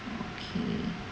okay